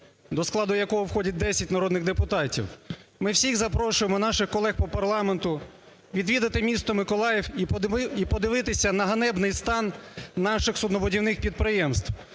до складу якого входять десять народних депутатів, ми всіх запрошуємо наших колег по парламенту відвідати місто Миколаїв і подивитись на ганебний стан наших суднобудівних підприємств.